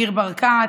ניר ברקת,